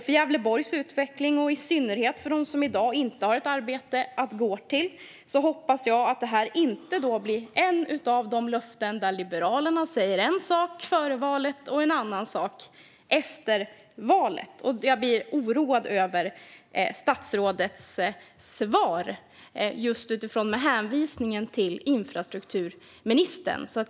För Gävleborgs utveckling och i synnerhet för dem som i dag inte har ett arbete att gå till hoppas jag att detta inte blir ett av de löften där Liberalerna säger en sak före valet och en annan sak efter valet. Jag blir oroad av statsrådets svar just utifrån hänvisningen till infrastrukturministern.